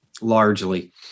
largely